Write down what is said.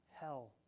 hell